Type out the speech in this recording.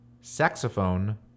saxophone